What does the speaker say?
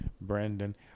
Brandon